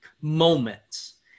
moments